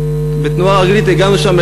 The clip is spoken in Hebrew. בתנועה רגלית הגענו לשם,